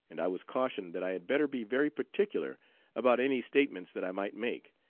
and i was cautioned that i had better be very particular about any statements that i might make,